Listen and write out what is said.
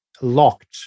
locked